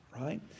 right